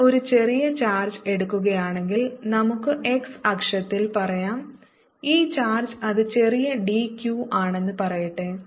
ഞാൻ ഒരു ചെറിയ ചാർജ് എടുക്കുകയാണെങ്കിൽ നമുക്ക് x അക്ഷത്തിൽ പറയാം ഈ ചാർജ് അത് ചെറിയ d q ആണെന്ന് പറയട്ടെ